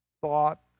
thought